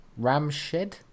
Ramshed